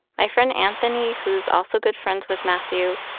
my friend anthony, who's also good friends with mathew,